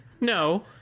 No